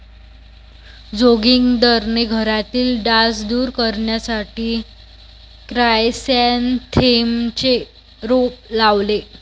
जोगिंदरने घरातील डास दूर करण्यासाठी क्रायसॅन्थेममचे रोप लावले